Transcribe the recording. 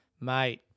Mate